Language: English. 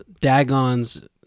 Dagon's